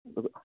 ꯑꯗꯨꯒ